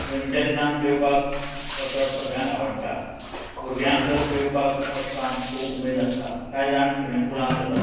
गरमेच्या दिसान पेंवपाक वचप सगळ्यांक आवडटा भुरग्यांक तर पेंवपाक वचपांत खूब उमेद आसता कांय जाण स्विमींग पुलांत वतात